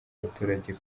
abaturage